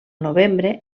novembre